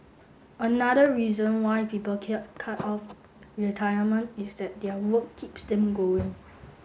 another reason why people cut off retirement is that their work keeps them going